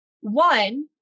one